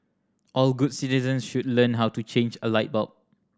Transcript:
all good citizens should learn how to change a light bulb